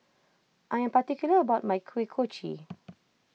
I am particular about my Kuih Kochi